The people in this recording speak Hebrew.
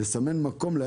"לסמן מקום...